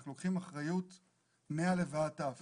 אנחנו לוקחים אחריות מא' ועד ת'.